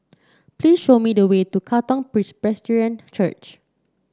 please show me the way to Katong Presbyterian Church